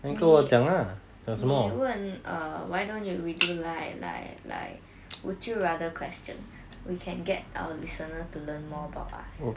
你你问 err why don't you we do like like like would you rather questions we can get our listener to learn more about us